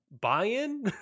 buy-in